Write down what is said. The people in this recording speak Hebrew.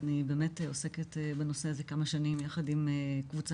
אני באמת עוסקת בנושא הזה כבר כמה שנים יחד עם קבוצה.